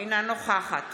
אינה נוכחת